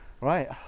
Right